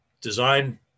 design